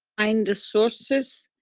find the sources,